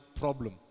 problem